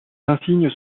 insignes